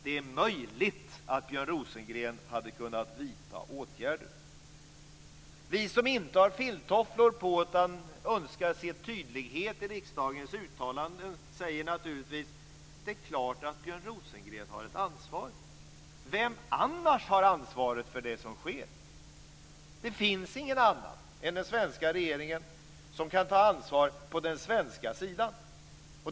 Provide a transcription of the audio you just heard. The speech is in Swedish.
Det är möjligt att Björn Rosengren hade kunnat vidta åtgärder! Vi som inte har filttofflor på oss utan önskar se en tydlighet i riksdagens uttalanden säger naturligtvis: Det är klart att Björn Rosengren har ett ansvar. Vem annars har ansvaret för det som sker? Det finns ingen utöver den svenska regeringen som kan ta ansvar på den svenska sidan.